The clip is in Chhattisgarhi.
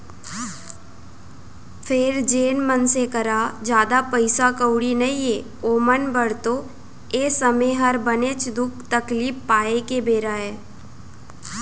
फेर जेन मनसे करा जादा पइसा कउड़ी नइये ओमन बर तो ए समे हर बनेच दुख तकलीफ पाए के बेरा अय